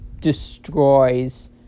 destroys